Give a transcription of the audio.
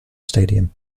stadium